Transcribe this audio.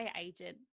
agent